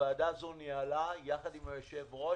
הוועדה הזאת ניהלה יחד עם היושב-ראש